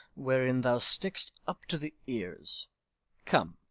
wherein thou stick'st up to the ears come,